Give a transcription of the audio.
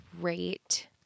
great